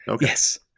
Yes